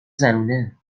زنونه